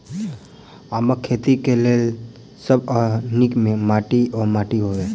आमक खेती केँ लेल सब सऽ नीक केँ माटि वा माटि हेतै?